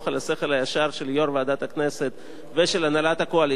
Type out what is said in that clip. השכל הישר של יושב-ראש ועדת הכנסת ושל הנהלת הקואליציה,